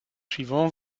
suivants